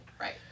Right